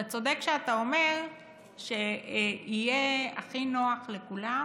אתה צודק כשאתה אומר שיהיה הכי נוח לכולם